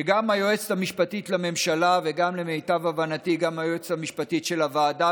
שגם היועצת המשפטית לממשלה ולמיטב הבנתי גם היועצת המשפטית של הוועדה,